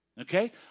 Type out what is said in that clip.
Okay